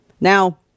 Now